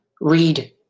read